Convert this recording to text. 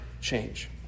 change